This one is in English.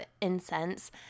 incense